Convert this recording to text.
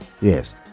yes